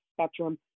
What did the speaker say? spectrum